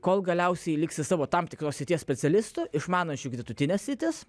kol galiausiai liksi savo tam tikros srities specialistu išmanančiu gretutines sritis